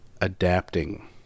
adapting